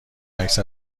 عکس